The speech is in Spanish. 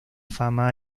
fama